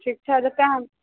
ठीक छै जतऽ अहाँ